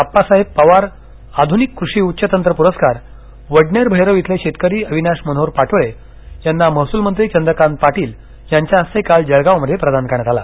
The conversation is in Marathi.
अप्पासाहेब पवार आधुनिक कृषी उज्ज्व तंत्र पुरस्कार वडनेर भैरव इथले शेतकरी अविनाश मनोहर पाटोळे यांना महसूल मंत्री चंद्रकांत पाटील यांच्या हस्ते काल जळगाव मध्ये प्रदान करण्यात आला